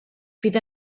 fydd